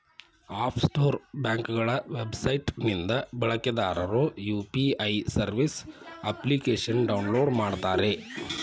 app store ಬ್ಯಾಂಕ್ಗಳ website ನಿಂದ ಬಳಕೆದಾರರು ಯು.ಪಿ.ಐ ಸರ್ವಿಸ್ ಅಪ್ಲಿಕೇಶನ್ನ ಡೌನ್ಲೋಡ್ ಮಾಡುತ್ತಾರೆ